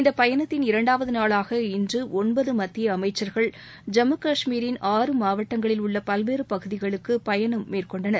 இந்தப் பயணத்தின் இரண்டாவது நாளாக இன்று ஒன்பது மத்திய அமைச்சர்கள் ஜம்மு கஷ்மீரின் ஆறு மாவட்டங்களில் உள்ள பல்வேறு பகுதிகளுக்கு பயணம் மேற்கொண்டனர்